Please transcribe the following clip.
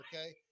okay